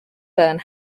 burn